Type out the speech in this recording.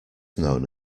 known